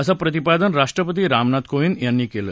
असं प्रतिपादन राष्ट्रपती रामनाथ कोविद यांनी केलं